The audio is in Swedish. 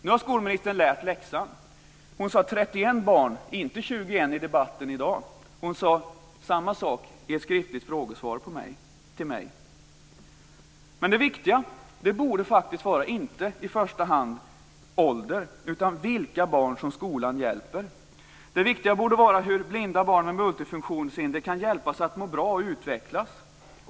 Nu har skolministern lärt läxan. Hon sade 31 barn, inte 21, i debatten i dag. Hon sade samma sak i ett skriftligt frågesvar till mig. Det viktiga borde faktiskt vara inte i första hand åldern utan vilka barn som skolan hjälper. Det viktiga borde vara hur blinda barn med multifunktionshinder kan hjälpas att må bra och utvecklas.